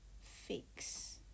fix